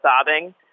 sobbing